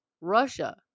Russia